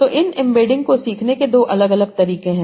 तो इन एम्बेडिंग को सीखने के दो अलग अलग तरीके हैं